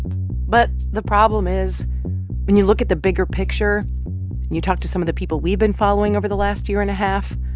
but the problem is when you look at the bigger picture and you talk to some of the people we've been following over the last year and a half,